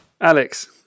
Alex